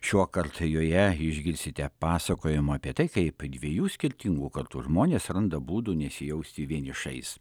šiuokart joje išgirsite pasakojimą apie tai kaip dviejų skirtingų kartų žmonės randa būdų nesijausti vienišais